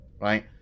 right